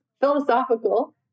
philosophical